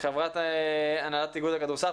חברת הנהלת איגוד הכדורסל.